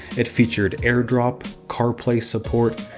it featured airdrop, carplay support,